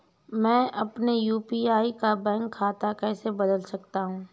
मैं अपने यू.पी.आई का बैंक खाता कैसे बदल सकता हूँ?